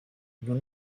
nur